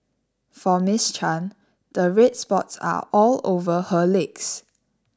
for Ms Chan the red spots are all over her legs